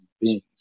beings